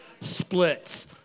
splits